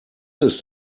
ist